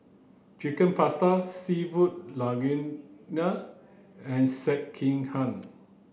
Chicken Pasta Seafood Linguine and Sekihan